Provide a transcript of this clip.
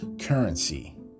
currency